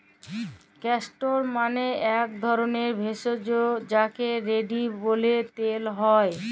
castor মালে এক ধরলের ভেষজ যাকে রেড়ি ব্যলে তেল হ্যয়